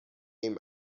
ایم